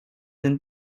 den